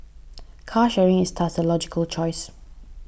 car sharing is thus a logical choice